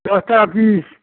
দশ টাকা ফিস